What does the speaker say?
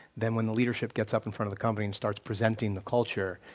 then when the leadership gets up in front of the company and starts presenting the culture,